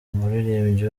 umuririmbyi